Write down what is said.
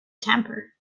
temper